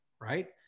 right